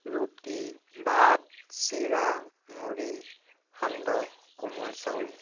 ৰুটি ভাত চিৰা মুড়ি সান্দহ কোমল চাউল